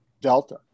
Delta